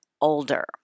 older